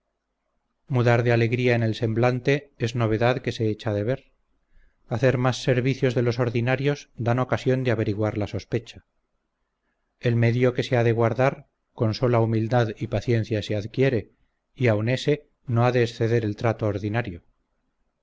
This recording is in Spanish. verdad mudar de alegría en el semblante es novedad que se echa de ver hacer más servicios de los ordinarios dan ocasión de averiguar la sospecha el medio que se ha de guardar con sola humildad y paciencia se adquiere y aún ese no ha de exceder el trato ordinario